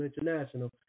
International